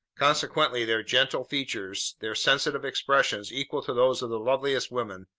consequently, their gentle features, their sensitive expressions equal to those of the loveliest women,